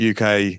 UK